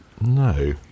No